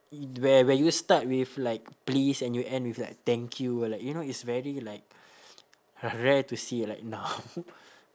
where where you start with like please and you end with like thank you like you know it's very like rare to see like now